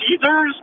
Caesars